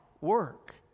work